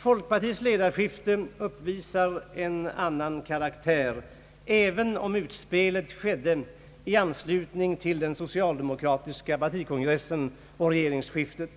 Folkpartiets ledarskifte uppvisar en annan karaktär — även om utspelet skedde i anslutning till den socialdemokratiska partikongressen och regeringsskiftet.